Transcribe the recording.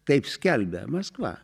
taip skelbia maskva